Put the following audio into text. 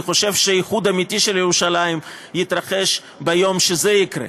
אני חושב שאיחוד אמיתי של ירושלים יתרחש ביום שזה יקרה.